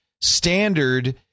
standard